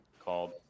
called